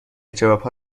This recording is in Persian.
جوابها